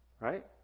Right